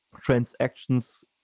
transactions